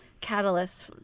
catalyst